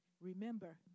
Remember